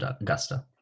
Augusta